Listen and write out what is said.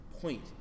point